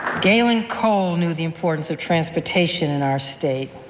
galen cole knew the importance of transportation in our state.